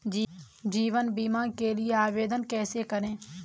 जीवन बीमा के लिए आवेदन कैसे करें?